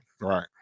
right